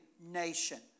nation